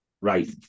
Right